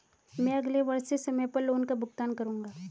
मैं अगले वर्ष से समय पर लोन का भुगतान करूंगा